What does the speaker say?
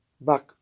back